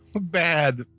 bad